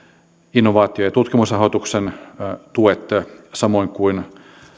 innovaatio ja tutkimusrahoituksen tuet samoin kuin